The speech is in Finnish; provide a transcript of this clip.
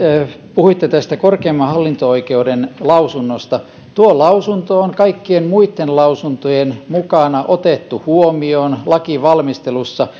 puhuitte korkeimman hallinto oikeuden lausunnosta tuo lausunto on kaikkien muitten lausuntojen mukana otettu huomioon lainvalmistelussa